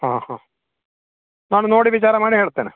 ಹಾಂ ಹಾಂ ನಾನು ನೋಡಿ ವಿಚಾರ ಮಾಡಿ ಹೇಳ್ತೇನೆ